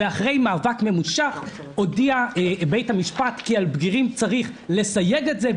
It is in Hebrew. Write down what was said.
ואחרי מאבק ממושך הודיע בית המשפט כי על בגירים צריך לסייג את זה,